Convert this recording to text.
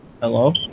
Hello